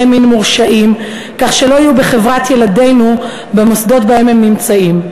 מין מורשעים כך שלא יהיו בחברת ילדינו במוסדות שבהם הם נמצאים.